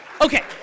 okay